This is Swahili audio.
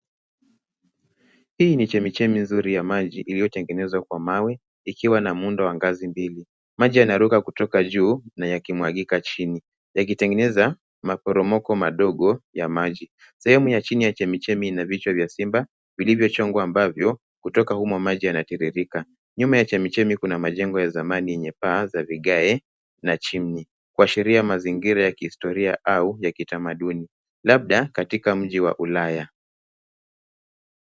Hii ni chemichemi nzuri ya maji, iliyotengenezwa kwa mawe, ikiwa na muundo wa ngazi mbili, maji yanaruka kutoka juu na yakimwagika chini, yakitengeneza maporomoko madogo ya maji. Sehemu ya chini ya chemihemi ina vichwa vya simba vilivyochongwa ambavyo kutoka humo maji yanatiririka. Nyuma ya chemichemi kuna majengo ya zamani yenye paa za vigae na chimney ,kuashiria mazingira ya kihistoria au ya kitamaduni, labda katika nchi ya Ulaya.